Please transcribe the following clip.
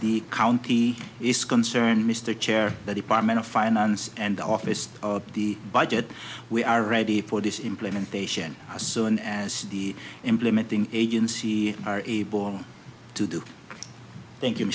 the county is concerned mr chair that department of finance and the office of the budget we are ready for this implementation as soon as the implementing agency are able to do thank